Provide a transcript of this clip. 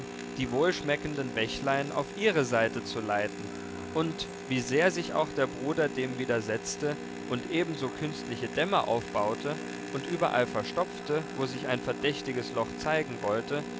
die wohlschmeckenden bächlein auf ihre seite zu leiten und wie sehr sich auch der bruder dem widersetzte und ebenso künstliche dämme aufbaute und überall verstopfte wo sich ein verdächtiges loch zeigen wollte